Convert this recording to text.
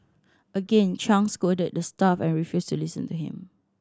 again Chang scolded the staff and refused to listen to him